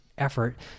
effort